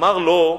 אמר לו,